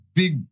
big